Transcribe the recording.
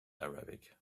arabic